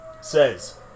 says